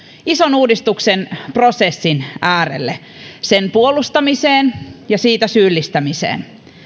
ison uudistuksen prosessin äärelle sen puolustamiseen ja siitä syyllistämiseen